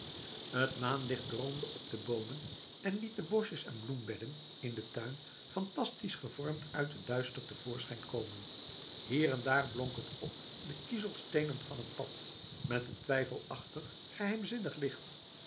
het maanlicht droomde op de boomen en liet de boschjes en bloembedden in den tuin phantastisch gevormd uit het duister te voorschijn komen hier en daar blonk het op de kiezelsteenen van het pad met een twijfelachtig geheimzinnig licht